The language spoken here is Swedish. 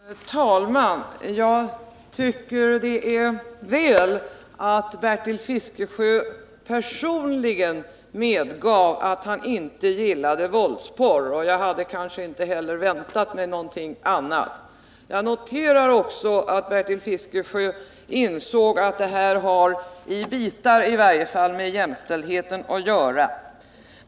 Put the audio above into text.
Herr talman! Jag tycker att det är väl att Bertil Fiskesjö personligen medgav att han inte gillade våldsporr — jag hade kanske inte heller väntat mig någonting annat. Jag noterar också att Bertil Fiskesjö insåg att detta —i varje fall till vissa delar — har med jämställdheten att göra.